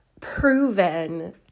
proven